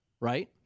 right